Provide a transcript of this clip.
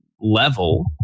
level